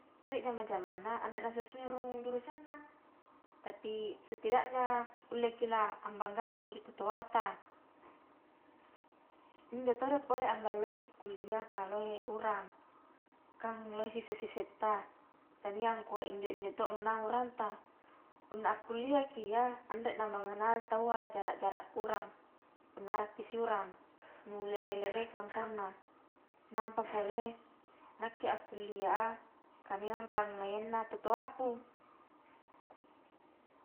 Rie jama-jamangna anrena sesuai rung jurusanna, tapi setidaknya kulleki lah ambanggakangi tau toata, injo todo pole ambang loeki kuliah kah lohe urang, kan lohe sise-sissetta tania ngkua injo-injo to mo naung uranta, punna akkuliahki iya anre namengenal tawwa jarak-jarak urang punna arrakki siurang, nu lere-lerei kampongna, nampa pole nakke akkuliah a ka memang pangaiangna to toaku.